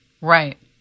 right